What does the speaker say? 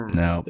no